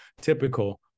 typical